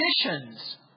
conditions